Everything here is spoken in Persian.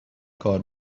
کار